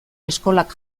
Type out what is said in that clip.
eskolak